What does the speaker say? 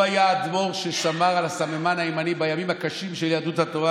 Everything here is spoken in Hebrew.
הוא היה האדמו"ר ששמר על הסממן הימני בימים הקשים של יהדות התורה,